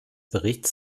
berichts